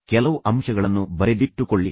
ಕೆಲವು ಅಂಶಗಳನ್ನು ಬರೆದಿಟ್ಟುಕೊಳ್ಳಿ